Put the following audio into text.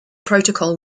protocol